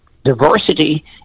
Diversity